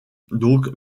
donc